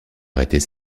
arrêter